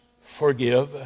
forgive